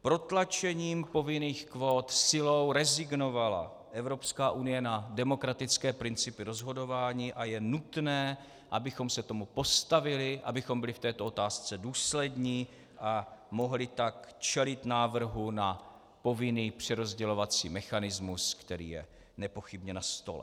Protlačením povinných kvót silou rezignovala EU na demokratické principy rozhodování a je nutné, abychom se tomu postavili, abychom byli v této otázce důslední a mohli tak čelit návrhu na povinný přerozdělovací mechanismus, který je nepochybně na stole.